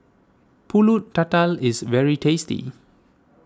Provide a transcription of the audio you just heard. Pulut Tatal is very tasty